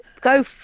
go